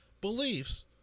beliefs